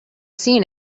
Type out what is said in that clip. seen